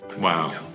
Wow